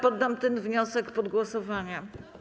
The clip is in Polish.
Poddam ten wniosek pod głosowanie.